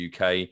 uk